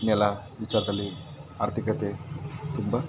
ನೆಲ ವಿಚಾರದಲ್ಲಿ ಆರ್ಥಿಕತೆ ತುಂಬ